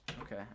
Okay